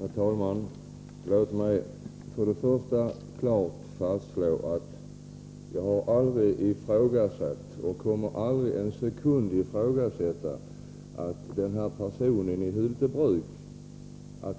Herr talman! Låt mig först och främst klart fastslå att jag aldrig har ifrågasatt och aldrig en sekund kommer att ifrågasätta att personen i Hyltebruk